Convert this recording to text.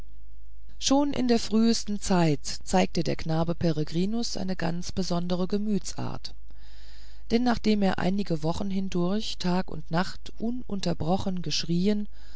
schon in der frühsten zeit zeigte der knabe peregrinus eine ganz besondere gemütsart denn nachdem er einige wochen hindurch tag und nacht ununterbrochen geschrieen